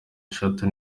eshatu